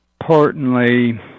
importantly